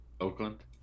Oakland